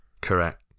Correct